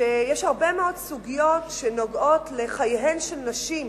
שיש הרבה מאוד סוגיות שנוגעות לחייהן של נשים